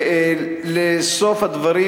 ובסוף הדברים,